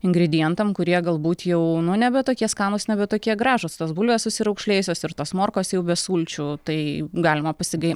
ingredientam kurie galbūt jau nu nebe tokie skanūs nebe tokie gražūs tos bulvės susiraukšlėjusios ir tos morkos jau be sulčių tai galima pasigai